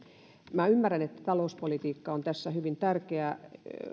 minä ymmärrän että talouspolitiikka on tässä hyvin tärkeää